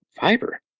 fiber